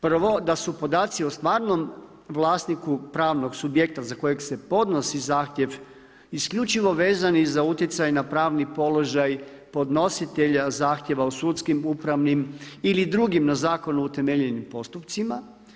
Prvo da su podaci o stvarnom vlasniku pravnog subjekta za kojeg se podnosi zahtjev isključivo vezani za utjecaj na pravni položaj podnositelja zahtjeva u sudskim, upravnim ili drugim na zakonu utemeljenim postupcima.